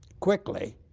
quickly,